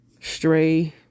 stray